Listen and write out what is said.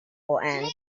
will